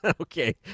Okay